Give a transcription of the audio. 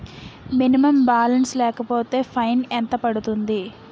Minimum balance లేకపోతే fine ఎంత పడుతుంది?